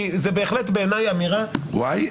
כי זה בהחלט בעיניי אמירה --- וואי.